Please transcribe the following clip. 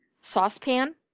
saucepan